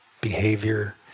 behavior